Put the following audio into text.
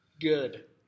Good